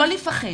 לא לפחד.